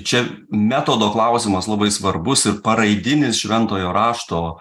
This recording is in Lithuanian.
čia metodo klausimas labai svarbus ir paraidinis šventojo rašto